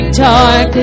dark